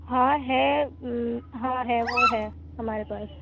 ہاں ہے ہاں ہے وہ ہے ہمارے پاس